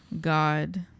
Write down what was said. God